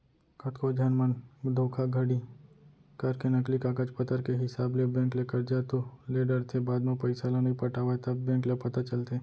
कतको झन मन धोखाघड़ी करके नकली कागज पतर के हिसाब ले बेंक ले करजा तो ले डरथे बाद म पइसा ल नइ पटावय तब बेंक ल पता चलथे